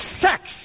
sex